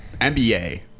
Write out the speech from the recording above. NBA